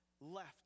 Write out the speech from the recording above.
left